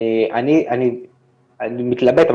אני מתלבט,